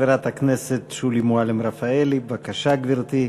חברת הכנסת שולי מועלם-רפאלי, בבקשה, גברתי.